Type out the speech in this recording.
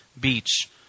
beach